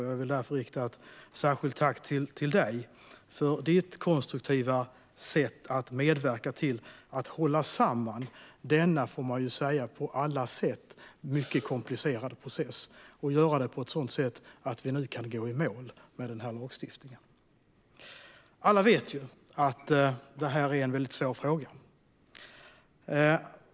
Jag vill därför rikta ett särskilt tack till dig, Hans, för ditt konstruktiva sätt att medverka till att hålla samman denna på alla sätt mycket komplicerade process. Du har gjort det på ett sådant sätt att vi nu kan gå i mål med den komplicerade lagstiftningen. Alla vet att detta är en svår fråga.